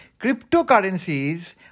cryptocurrencies